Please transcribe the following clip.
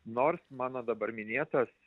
nors mano dabar minėtas